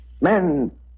Men